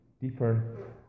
deeper